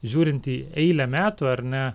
žiūrint į eilę metų ar ne